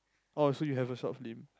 oh so you have a short film